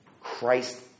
Christ